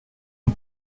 une